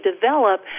develop